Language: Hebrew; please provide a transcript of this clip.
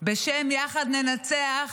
בשם "יחד ננצח"